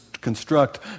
construct